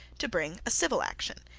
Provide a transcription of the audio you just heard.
to bring a civil action,